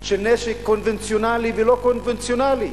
של נשק קונבנציונלי ולא קונבנציונלי,